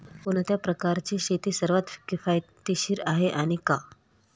कोणत्या प्रकारची शेती सर्वात किफायतशीर आहे आणि का?